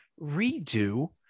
redo